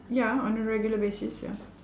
ya on a regular basis ya